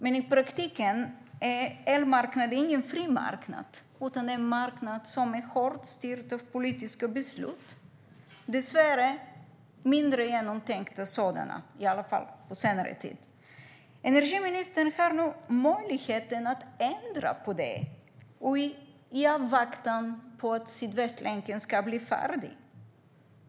Men i praktiken är elmarknaden ingen fri marknad, utan det är en marknad som är hårt styrd av politiska beslut - dessvärre mindre genomtänkta sådana, i alla fall på senare tid. Energiministern har nu möjligheten att ändra på det i avvaktan på att Sydvästlänken ska bli färdig.